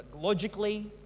Logically